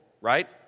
right